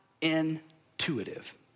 intuitive